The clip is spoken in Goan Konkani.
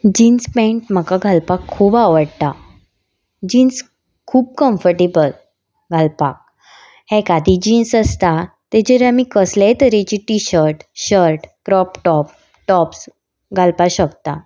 जिन्स पेंट म्हाका घालपाक खूब आवडटा जिन्स खूब कम्फर्टेबल घालपाक एखादी जिन्स आसता तेजेर आमी कसलेय तरेची T-shirt shirt crop top tops घालपा शकता